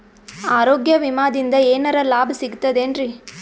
ಆರೋಗ್ಯ ವಿಮಾದಿಂದ ಏನರ್ ಲಾಭ ಸಿಗತದೇನ್ರಿ?